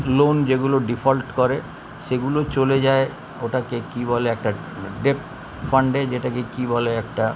loan যেগুলো default করে সেগুলো চলে যায় ওটাকে কী বলে একটা ডেবট ফাণ্ডে যেটাকে কী বলে একটা